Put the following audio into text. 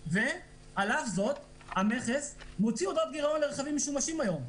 ועל אף זאת המכס מוציא הודעות גירעון לרכבים משומשים היום.